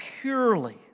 purely